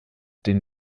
den